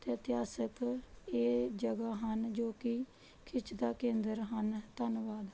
ਅਤੇ ਇਤਿਹਾਸਿਕ ਇਹ ਜਗ੍ਹਾ ਹਨ ਜੋ ਕਿ ਖਿੱਚ ਦਾ ਕੇਂਦਰ ਹਨ ਧੰਨਵਾਦ